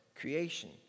creation